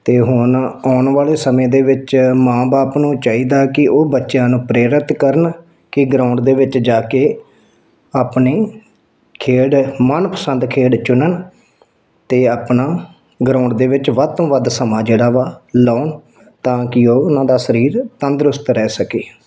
ਅਤੇ ਹੁਣ ਆਉਣ ਵਾਲੇ ਸਮੇਂ ਦੇ ਵਿੱਚ ਮਾਂ ਬਾਪ ਨੂੰ ਚਾਹੀਦਾ ਕਿ ਉਹ ਬੱਚਿਆਂ ਨੂੰ ਪ੍ਰੇਰਿਤ ਕਰਨ ਕਿ ਗਰਾਉਂਡ ਦੇ ਵਿੱਚ ਜਾ ਕੇ ਆਪਣੀ ਖੇਡ ਮਨ ਪਸੰਦ ਖੇਡ ਚੁਣਨ ਅਤੇ ਆਪਣਾ ਗਰਾਉਂਡ ਦੇ ਵਿੱਚ ਵੱਧ ਤੋਂ ਵੱਧ ਸਮਾਂ ਜਿਹੜਾ ਵਾ ਲਗਾਉਣ ਤਾਂ ਕਿ ਉਹ ਉਹਨਾਂ ਦਾ ਸਰੀਰ ਤੰਦਰੁਸਤ ਰਹਿ ਸਕੇ